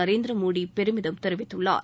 நரேந்திரமோடி பெருமிதம் தெரிவித்துள்ளார்